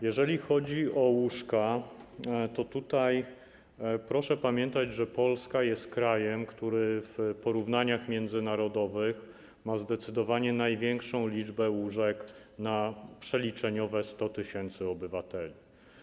Jeżeli chodzi o łóżka, proszę pamiętać, że Polska jest krajem, który w porównaniach międzynarodowych ma zdecydowanie największą liczbę łóżek w przeliczeniu na 100 tys. obywateli.